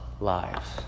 lives